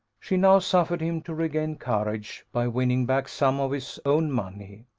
she now suffered him to regain courage, by winning back some of his own money.